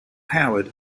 howard